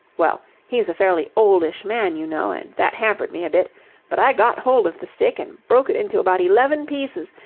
well, he's a fairly oldish man, you know, and that hampered me a bit but i got hold of the stick and broke it into about eleven pieces,